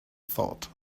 thought